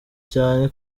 cyane